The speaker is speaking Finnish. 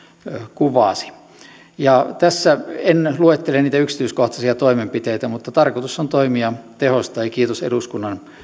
kuvasi tässä en luettele niitä yksityiskohtaisia toimenpiteitä mutta tarkoitus on toimia tehostaa ja kiitos eduskunnan